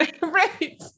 right